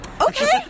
okay